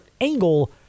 angle